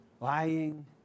lying